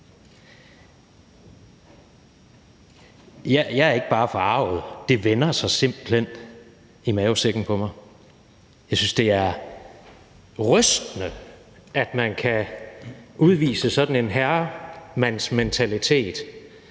Jeg er ikke bare forarget; det vender sig simpelt hen i mavesækken på mig. Jeg synes, det er rystende, at man kan udvise sådan en herremandsmentalitet